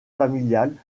familiale